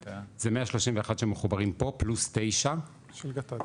זה 131 שמחוברים פה פלוס תשע של גט"ד,